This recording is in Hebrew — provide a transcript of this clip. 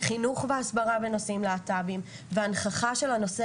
חינוך והסברה בנושאים להט"בים והנכחה של הנושא